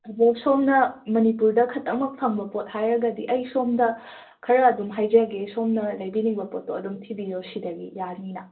ꯑꯗꯨ ꯁꯣꯝꯅ ꯃꯅꯤꯄꯨꯔꯗ ꯈꯛꯇꯃꯛ ꯐꯪꯕ ꯄꯣꯠ ꯍꯥꯏꯔꯒꯗꯤ ꯑꯩ ꯁꯣꯝꯗ ꯈꯔ ꯑꯗꯨꯝ ꯍꯥꯏꯖꯒꯦ ꯁꯣꯝꯅ ꯂꯩꯕꯤꯅꯤꯡꯕ ꯄꯣꯠꯇꯣ ꯑꯗꯨꯝ ꯊꯤꯕꯤꯌꯣ ꯁꯤꯗꯒꯤ ꯌꯥꯅꯤꯅ